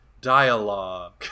dialogue